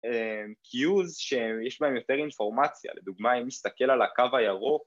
cues שיש בהם יותר אינפורמציה, לדוגמה אם מסתכל על הקו הירוק